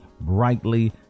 brightly